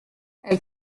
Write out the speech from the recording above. elle